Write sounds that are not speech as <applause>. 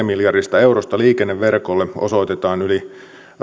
<unintelligible> miljardista eurosta liikenneverkolle osoitetaan yli